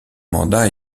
mandat